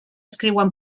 escriuen